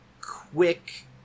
quick